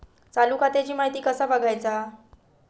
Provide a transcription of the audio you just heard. चालू खात्याची माहिती कसा बगायचा?